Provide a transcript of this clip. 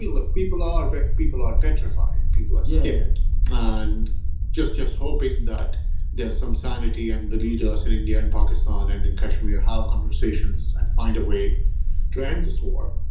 look, people are but people are petrified. people are. yeah. scared ah and just just hoping that there's some sanity and the leaders in india and pakistan and in kashmir have conversations and find a way to end this war.